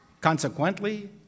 Consequently